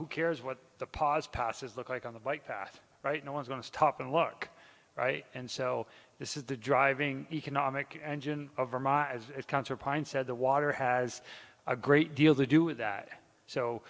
who cares what the pause passes look like on the flight path right no one's going to stop and look and so this is the driving economic engine of vermont as a counterpoint said the water has a great deal to do with that